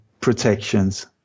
protections